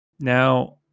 Now